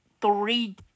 three